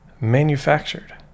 manufactured